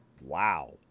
Wow